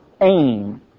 aim